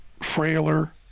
frailer